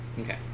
Okay